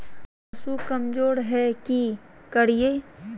पशु कमज़ोर है कि करिये?